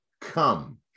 come